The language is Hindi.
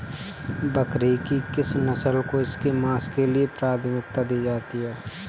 बकरी की किस नस्ल को इसके मांस के लिए प्राथमिकता दी जाती है?